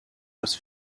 was